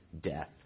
death